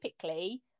typically